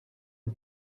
une